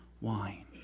wine